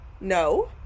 no